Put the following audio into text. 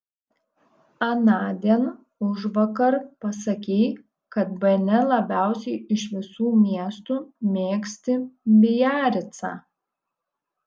anądien užvakar pasakei kad bene labiausiai iš visų miestų mėgsti biaricą